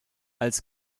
als